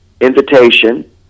invitation